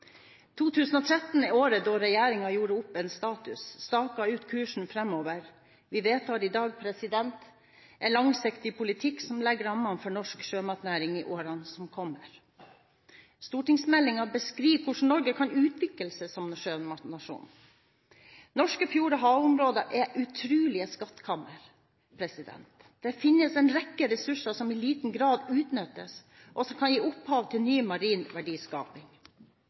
2013 er året da regjeringen gjorde opp status og staket ut kursen framover. Vi vedtar i dag en langsiktig politikk som legger rammene for norsk sjømatnæring i årene som kommer. Stortingsmeldingen beskriver hvordan Norge kan utvikle seg som sjømatnasjon. Norske fjord- og havområder er utrolige skattkamre. Det finnes en rekke ressurser som i liten grad utnyttes, og som kan gi opphav til ny marin verdiskaping.